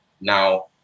Now